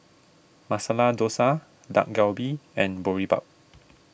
Masala Dosa Dak Galbi and Boribap